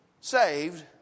saved